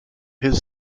his